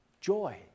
Joy